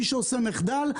מי שעושה מחדל,